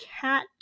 cat